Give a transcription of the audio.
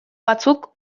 batzuk